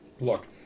look